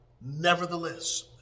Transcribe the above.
Nevertheless